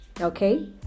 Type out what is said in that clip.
okay